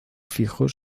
fijos